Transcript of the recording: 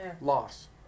loss